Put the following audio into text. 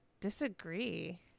disagree